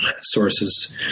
sources